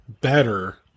better